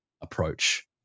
approach